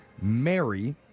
Mary